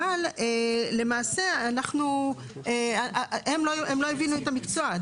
אבל למעשה הם לא הבינו את המקצוע.